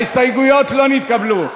ההסתייגויות לא נתקבלו.